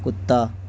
کتا